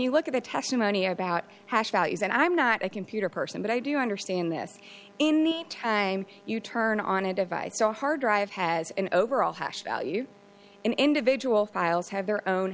you look at the testimony about hash values and i'm not a computer person but i do understand this any time you turn on a device a hard drive has an overall hash value an individual files have their own